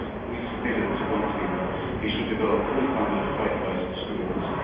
we submitted to gonski that he should develop fully-funded faith-based schools,